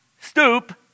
stoop